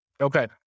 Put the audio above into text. Okay